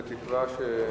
היושב-ראש,